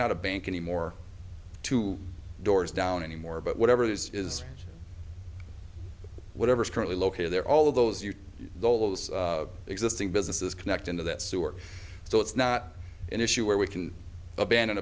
not a bank anymore two doors down anymore but whatever it is is whatever is currently located there all of those you those existing businesses connect into that sewer so it's not an issue where we can abandon